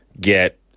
get